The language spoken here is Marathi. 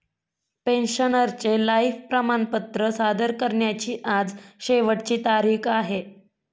पेन्शनरचे लाइफ प्रमाणपत्र सादर करण्याची आज शेवटची तारीख आहे